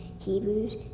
Hebrews